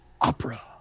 Opera